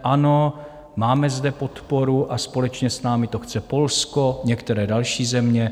Ano, máme zde podporu a společně s námi to chce Polsko a některé další země.